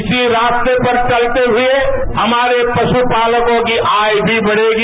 इसी रास्ते पर चलते हुए हमारे पशुपालकों की आय भी बढ़ेगी